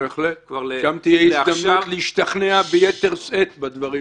בהחלט גם תהיה הזדמנות להשתכנע ביתר שאת בדברים האלה.